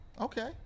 Okay